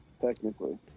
technically